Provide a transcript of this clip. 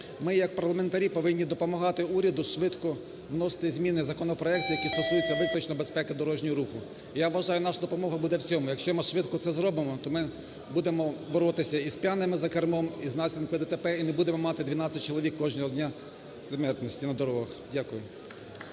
ми як парламентарі повинні допомагати уряду швидко вносити зміни в законопроекти, які стосуються виключно безпеки дорожнього руху. Я вважаю, наша допомога буде в цьому, якщо ми швидко це зробимо, то ми будемо боротися із п'яними за кермом, і із наслідками ДТП, і не будемо мати 12 чоловік кожного дня смертності на дорогах. Дякую.